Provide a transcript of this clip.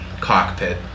cockpit